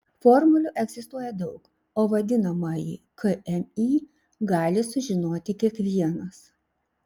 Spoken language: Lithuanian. formulių egzistuoja daug o vadinamąjį kmi gali sužinoti kiekvienas